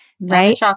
Right